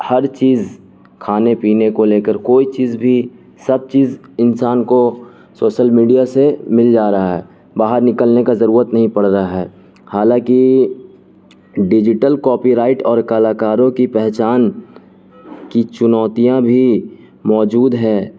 ہر چیز کھانے پینے کو لے کر کوئی چیز بھی سب چیز انسان کو سوسل میڈیا سے مل جا رہا ہے باہر نکلنے کا ضرورت نہیں پڑ رہا ہے حالانکہ ڈیجیٹل کاپی رائٹ اور کلاکاروں کی پہچان کی چنوتیاں بھی موجود ہے